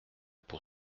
pour